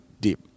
deep